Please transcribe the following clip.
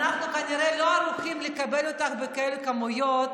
אנחנו כנראה לא ערוכים לקבל אותך בכאלה כמויות.